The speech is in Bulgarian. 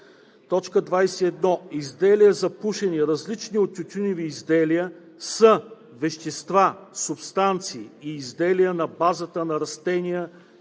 21: „21. „Изделия за пушене, различни от тютюневи изделия“ са вещества, субстанции и изделия на базата на растения,